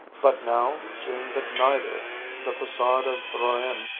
but now, seeing that neither the facade of rouen,